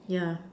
yeah